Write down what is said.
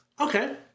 Okay